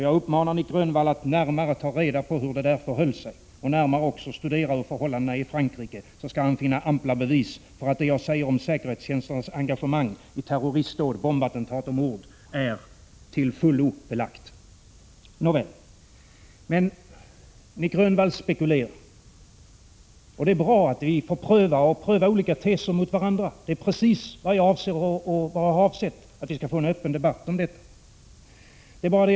Jag uppmanar Nic Grönvall att närmare ta reda på hur det där förhöll sig och att också närmare studera förhållandena i Frankrike. Då skall han finna ampla bevis för att det jag säger om säkerhetstjänsternas engagemang i terroristdåd, bombattentat och mord är till fullo belagt. Nåväl. Nic Grönvall spekulerar, och det är bra att vi får pröva olika teser mot varandra. Det är precis vad jag har avsett. Min avsikt är att vi skall få en öppen debatt om detta.